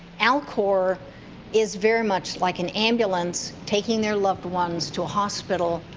alcor is very much like an ambulance taking their loved ones to a hospital,